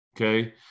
okay